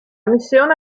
missione